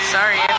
Sorry